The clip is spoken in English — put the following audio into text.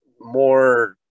More